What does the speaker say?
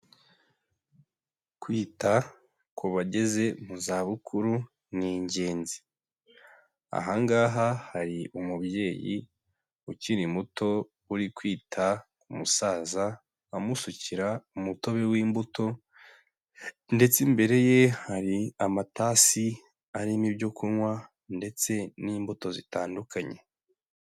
Kwita ku bageze mu zabukuru ni ingenzi. Aha ngaha hari umubyeyi ukiri muto uri kwita ku musaza, amusukira umutobe w'imbuto ndetse imbere ye hari amatasi arimo ibyo kunywa ndetse n'imbuto zitandukanye.